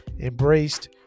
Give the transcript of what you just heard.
embraced